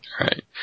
right